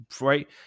right